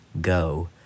go